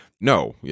No